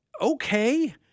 okay